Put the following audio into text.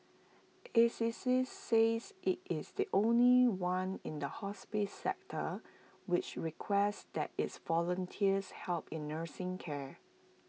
Assisi says IT is the only one in the hospice sector which requests that its volunteers help in nursing care